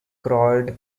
crawled